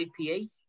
IPA